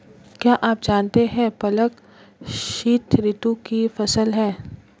क्या आप जानते है पालक शीतऋतु की फसल है?